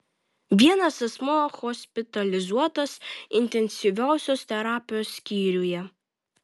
vienas asmuo hospitalizuotas intensyviosios terapijos skyriuje